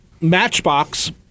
Matchbox